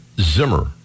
Zimmer